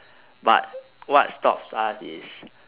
but what stops us is